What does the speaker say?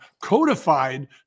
codified